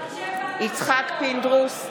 יצחק פינדרוס,